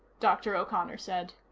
dr. o'connor said.